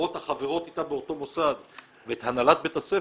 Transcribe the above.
המורות החברות איתה באותו מוסד ואת הנהלת בית הספר,